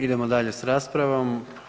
Idemo dalje s raspravom.